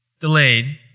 delayed